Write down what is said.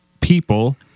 people